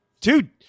dude